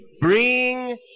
bring